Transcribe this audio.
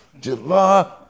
July